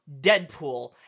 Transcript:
Deadpool